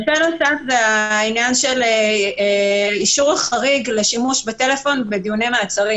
נושא נוסף זה העניין של האישור החריג לשימוש בטלפון בדיוני מעצרים.